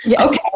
Okay